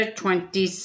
twenty